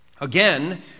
Again